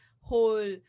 whole